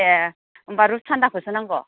ए' होमबा रुप सान्दाखौसो नांगौ